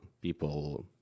people